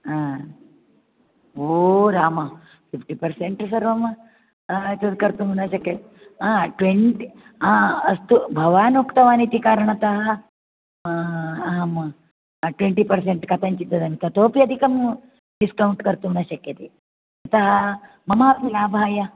हा ओ राम फिफ़्टिपर्सेण्ट् सर्वं कर्तुं न शक्यते हा ट्वेण्ट् हा अस्तु भवान् उक्तवानिति कारणतः आम् ट्वेण्टिपर्सेण्ट् कथञ्चित् ततोप्यधिकं डिस्कौण्ट् कर्तुं न शक्यते अतः ममापि लाभाय